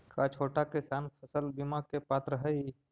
का छोटा किसान फसल बीमा के पात्र हई?